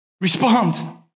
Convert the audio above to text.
Respond